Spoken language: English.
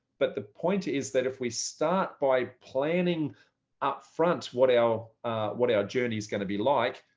but the point is that if we start by planning upfront what our what our journey is going to be like,